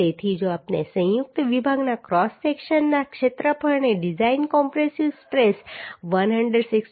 તેથી જો આપણે સંયુક્ત વિભાગના ક્રોસ સેક્શનના ક્ષેત્રફળને ડિઝાઇન કોમ્પ્રેસિવ સ્ટ્રેસ 116